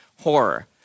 horror